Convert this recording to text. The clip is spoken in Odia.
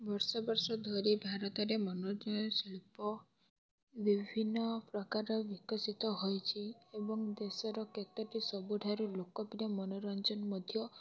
ବର୍ଷ ବର୍ଷ ଧରି ଭାରତରେ ମନୋରଞ୍ଜନ ଶିଳ୍ପ ବିଭିନ୍ନ ପ୍ରକାର ବିକଶିତ ହୋଇଛି ଏବଂ ଦେଶର କେତୋଟି ସବୁଠାରୁ ଲୋକପ୍ରିୟ ମନୋରଞ୍ଜନ ମଧ୍ୟ